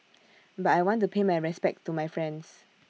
but I want to pay my respects to my friends